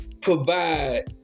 provide